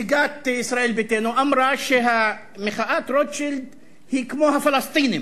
נציגת ישראל ביתנו אמרה שמחאת רוטשילד היא כמו הפלסטינים.